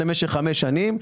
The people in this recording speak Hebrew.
למשך לחמש שנים.